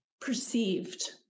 perceived